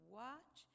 watch